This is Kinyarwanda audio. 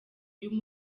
y’uwo